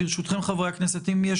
רוצה